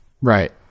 Right